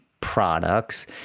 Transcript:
products